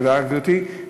תודה, גברתי.